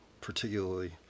particularly